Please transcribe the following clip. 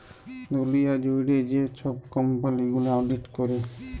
দুঁলিয়া জুইড়ে যে ছব কম্পালি গুলা অডিট ক্যরে